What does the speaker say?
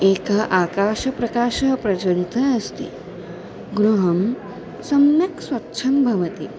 एकः आकाशप्रकाशः प्रज्वलितः अस्ति गृहं सम्यक् स्वच्छं भवति